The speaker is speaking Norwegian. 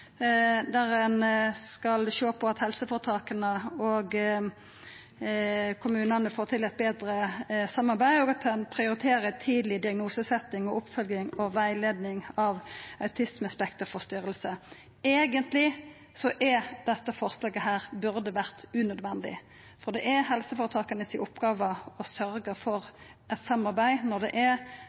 der ein skal sjå på at helseføretaka og kommunane får til eit betre samarbeid, og at ein prioriterer tidleg diagnosesetjing, oppfølging og rettleiing av autismespekterforstyrringar. Eigentleg burde dette forslaget vera unødvendig, for det er helseføretaka si oppgåve å sørgja for eit samarbeid når det er